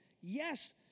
Yes